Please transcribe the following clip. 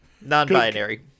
Non-binary